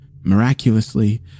Miraculously